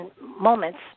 moments